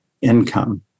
income